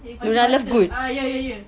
ah ya ya ya